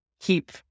keep